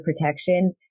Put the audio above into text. protection